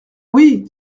oui